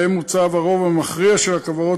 שבהם מוצב הרוב המכריע של הכוורות,